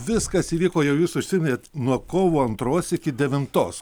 viskas įvyko jau jūs užsiminėt nuo kovo antros iki devintos